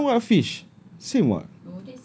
then that one what fish same [what]